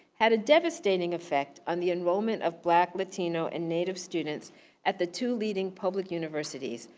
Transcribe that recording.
had a devastating effect on the enrollment of black, latino, and native students at the two leading public universities,